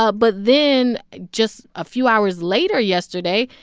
ah but then, just a few hours later yesterday,